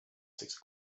six